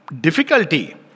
difficulty